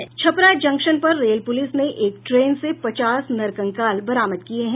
Chhapra junction पर rail police ने एक ट्रेन से पचास नरकंकाल बरामद किये हैं